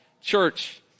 church